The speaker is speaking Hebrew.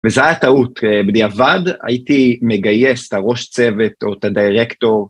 וזו הייתה טעות, בדיעבד הייתי מגייס את הראש צוות או את הדירקטור.